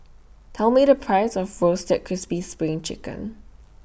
Tell Me The Price of Roasted Crispy SPRING Chicken